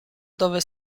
dove